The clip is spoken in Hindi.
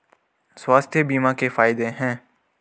स्वास्थ्य बीमा के फायदे हैं?